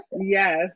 yes